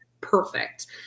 perfect